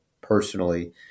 personally